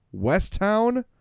Westtown